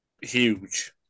huge